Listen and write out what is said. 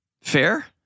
fair